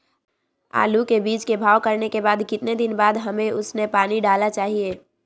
आलू के बीज के भाव करने के बाद कितने दिन बाद हमें उसने पानी डाला चाहिए?